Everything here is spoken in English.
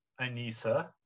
Anissa